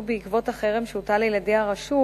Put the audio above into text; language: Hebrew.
בעקבות החרם שהוטל על-ידי הרשות,